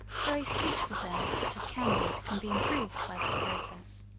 very sweet preserves that have candied can be improved by this process.